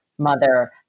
Mother